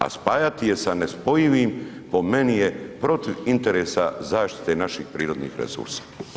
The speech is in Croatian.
A spajati je sa nespojivim po meni je protiv interesa zaštite naših prirodnih resursa.